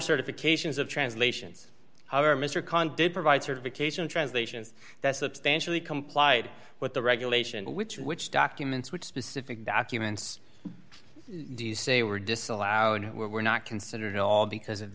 certifications of translations however mr khan did provide certification translations that substantially complied with the regulation which which documents what specific documents do you say were disallowed were not considered all because of